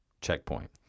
checkpoint